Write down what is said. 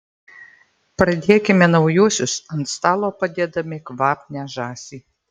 pradėkime naujuosius ant stalo padėdami kvapnią žąsį